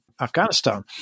Afghanistan